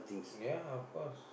ya of course